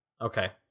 Okay